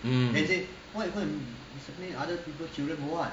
mm